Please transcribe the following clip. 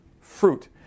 fruit